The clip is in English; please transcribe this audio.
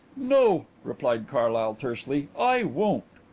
no, replied carlyle tersely i won't.